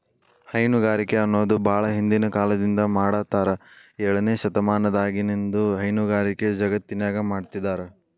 ಹೈನುಗಾರಿಕೆ ಅನ್ನೋದು ಬಾಳ ಹಿಂದಿನ ಕಾಲದಿಂದ ಮಾಡಾತ್ತಾರ ಏಳನೇ ಶತಮಾನದಾಗಿನಿಂದನೂ ಹೈನುಗಾರಿಕೆ ಜಗತ್ತಿನ್ಯಾಗ ಮಾಡ್ತಿದಾರ